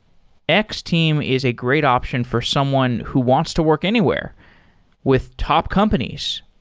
x-team is a great option for someone who wants to work anywhere with top companies.